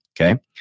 okay